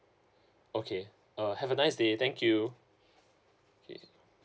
okay uh have a nice day thank you okay